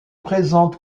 présente